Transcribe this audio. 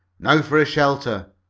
now for a shelter!